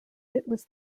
was